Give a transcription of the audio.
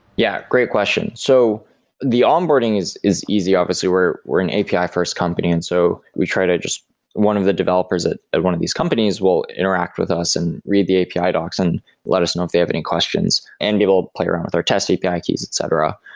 yeah, great question. so the onboarding is is easy. obviously we're we're an api first company, and so we try to just one of the developers at one of these companies will interact with us and read the api ah docs and let us know if they have any questions and be able to play around with our test api ah keys, etc.